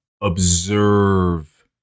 observe